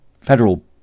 federal